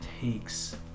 takes